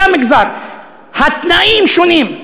אותו מגזר, התנאים שונים.